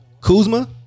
Kuzma